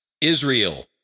Israel